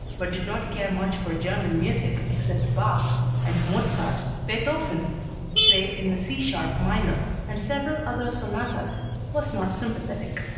but did not care much for german music except bach and mozart. beethoven save in the c sharp minor and several other sonatas was not sympathetic.